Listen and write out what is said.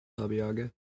Abiaga